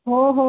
हो हो